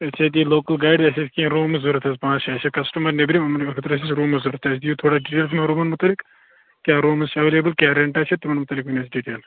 أسۍ چھِ أتی لوکَل گایِڈ اَسہِ ٲسۍ کیٚنٛہہ روٗمٕز ضروٗرَت حَظ پانٛژھ شیٚے اَسہِ چھِ کَسٹٕمَر نیٚبرِم یِمنٕے خٲطرٕ ٲسۍ روٗم حظ ضرَوٗرت تُہۍ دِیِو تھوڑا ڈِٹیل یِمن روٗمَن مُتعلِق کیٛاہ روٗمٕز چھِ ایٚویلیبٕل کیٛاہ ریٚنٛٹ آسیٚکھ تِمن مُتعلِق ؤنِو حظ ڈِٹیل